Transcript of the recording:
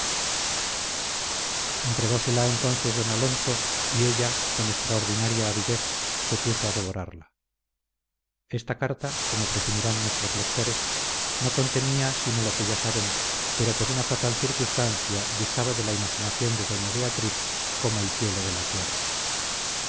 entregósela entonces don alonso y ella con extraordinaria avidez se puso a devorarla esta carta como presumirán nuestros lectores no contenía sino lo que ya saben pero por una fatal circunstancia distaba de la imaginación de doña beatriz como el cielo de la tierra